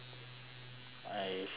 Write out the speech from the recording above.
I feel it's lies